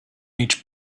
each